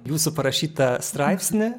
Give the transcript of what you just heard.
jūsų parašytą straipsnį